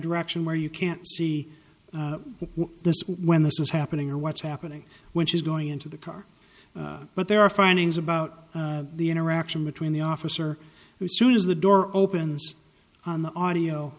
direction where you can't see this when this is happening or what's happening when she's going into the car but there are findings about the interaction between the officer who soon as the door opens on the audio